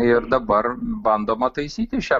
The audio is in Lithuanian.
ir dabar bandoma taisyti šią